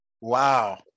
Wow